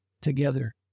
together